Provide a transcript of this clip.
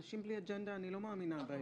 אנשים בלי אג'נדה, אני לא מאמינה בהם.